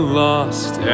lost